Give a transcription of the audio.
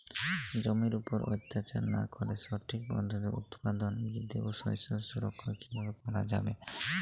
জমির উপর অত্যাচার না করে সঠিক পদ্ধতিতে উৎপাদন বৃদ্ধি ও শস্য সুরক্ষা কীভাবে করা যাবে?